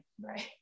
Right